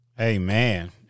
Amen